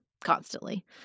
constantly